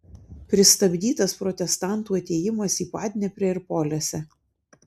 pristabdytas protestantų atėjimas į padneprę ir polesę